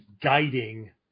guiding